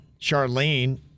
Charlene